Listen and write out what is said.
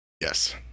Yes